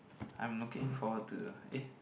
I am looking for to eh